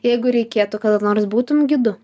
jeigu reikėtų kada nors būtum gidu